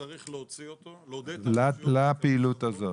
צריך לעודד את הפעילות הזאת.